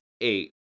eight